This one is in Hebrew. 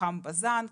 למתחם בזן.